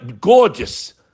gorgeous